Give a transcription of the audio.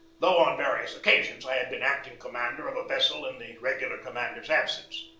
though on various occasions i had been acting commander of a vessel in the regular commander's absence.